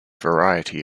variety